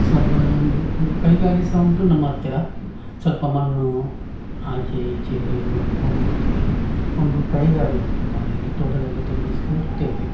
ಸಬ್ಬಲ್ಲಿ ಒಂದು ಒಂದು ಕೈಗಾಡಿ ಸಹ ಉಂಟು ನಮ್ಮ ಹತ್ತಿರ ಸ್ವಲ್ಪ ಮಣ್ಣು ಆಚೆ ಈಚೆ ತೆಗೆದುಕೊಂಡು ಹೋಗಲಿಕ್ಕೆ ಒಂದು ಕೈಗಾಡಿ ಉಂಟು ಮನೆಯಲ್ಲಿ ತೋಟದಲ್ಲಿ ತಿರುಗಿಸ್ತಾ ಇರ್ತೇವೆ